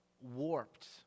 warped